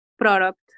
product